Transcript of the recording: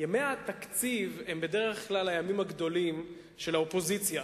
ימי התקציב הם בדרך כלל הימים הגדולים של האופוזיציה.